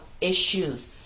issues